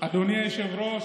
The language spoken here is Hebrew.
אדוני היושב-ראש,